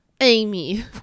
amy